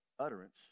utterance